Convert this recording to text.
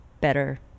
better